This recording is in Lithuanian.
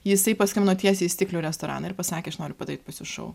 jisai paskambino tiesiai į stiklių restoraną ir pasakė aš noriu padaryt pas jus šou